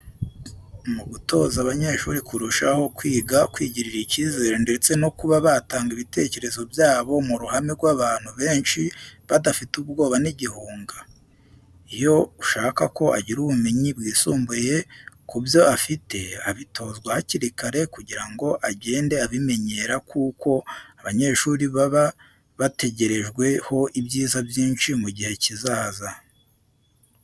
Mu gutoza abanyeshuri kurushaho kwiga kwigirira icyizere ndetse no kuba batanga ibitekerezo byabo mu ruhame rw'abantu benshi badafite ubwoba n'igihunga. Iyo ushaka ko agira ubumenyi bwisumbuye ku byo afite abitozwa hakiri kare kugirango agende abimenyera kuko abanyeshuri baba bategerejwe ho byinshi byiza mu gihe kizaza.